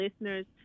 listeners